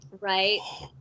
Right